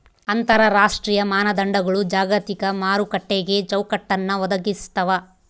ಅಂತರರಾಷ್ಟ್ರೀಯ ಮಾನದಂಡಗಳು ಜಾಗತಿಕ ಮಾರುಕಟ್ಟೆಗೆ ಚೌಕಟ್ಟನ್ನ ಒದಗಿಸ್ತಾವ